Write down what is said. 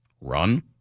run